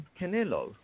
Canelo